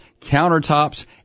countertops